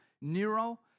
Nero